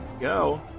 Go